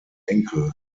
enkel